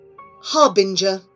Harbinger